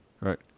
Right